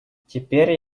теперь